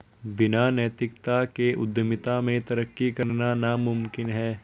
बिना नैतिकता के उद्यमिता में तरक्की करना नामुमकिन है